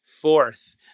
fourth